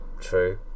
true